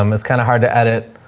um it's kinda hard to edit,